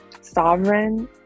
sovereign